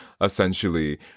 essentially